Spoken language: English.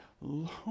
Lord